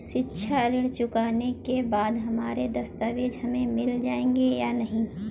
शिक्षा ऋण चुकाने के बाद हमारे दस्तावेज हमें मिल जाएंगे या नहीं?